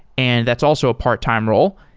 and that's also a part-time role.